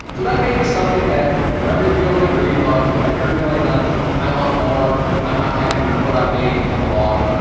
so that may be something that whenever you're feeling the greed bug, whenever you're feeling the i want more, i'm not happy with what i've made, come along,